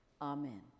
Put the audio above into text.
Amen